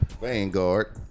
Vanguard